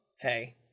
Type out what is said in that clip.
hey